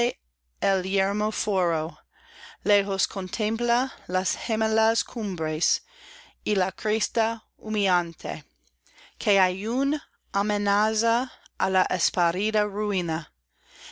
el yermo foro lejos contempla las gemelas cumbres y la cresta humeante que aún amenaza á la esparcida ruina